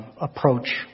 approach